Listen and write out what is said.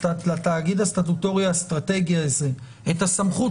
התאגיד הסטטוטורי האסטרטגי הזה את הסמכות